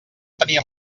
tenir